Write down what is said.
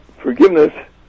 Forgiveness